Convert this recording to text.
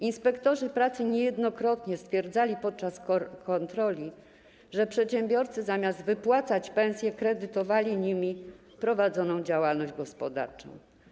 Inspektorzy pracy niejednokrotnie stwierdzali podczas kontroli, że przedsiębiorcy zamiast wypłacać pensje kredytowali nimi prowadzoną działalność gospodarczą.